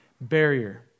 barrier